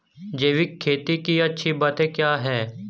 जैविक खेती की अच्छी बातें क्या हैं?